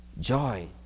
joy